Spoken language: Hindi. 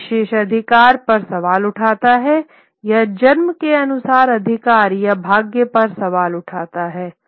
यह विशेषाधिकार पर सवाल उठाता है यह जन्म के अनुसार अधिकार या भाग्य पर सवाल उठाता है